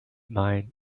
mind